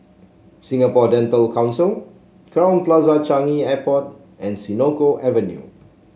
Singapore Dental Council Crowne Plaza Changi Airport and Senoko Avenue